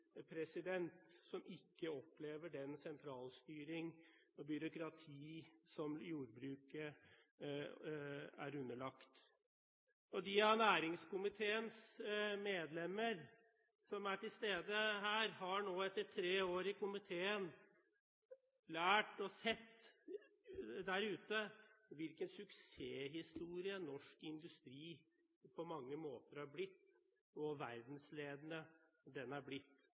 som ikke opplever den sentralstyring og det byråkrati som jordbruket er underlagt. De av næringskomiteens medlemmer som er til stede her, har nå etter tre år i komiteen lært og sett der ute hvilken suksesshistorie norsk industri på mange måter har blitt, og hvor verdensledende den er.